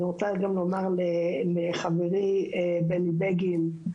ואני רוצה גם לומר לחברי בני בגין,